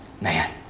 man